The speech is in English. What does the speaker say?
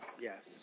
yes